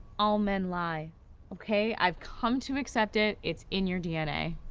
all men lie okay? i've come to accept it, it's in your dna.